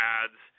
ads